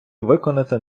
виконати